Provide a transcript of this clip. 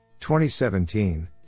2017